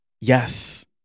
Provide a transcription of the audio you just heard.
Yes